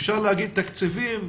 אפשר להגיד תקציבים,